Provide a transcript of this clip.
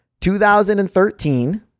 2013